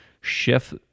shift